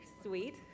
sweet